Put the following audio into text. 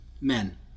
Men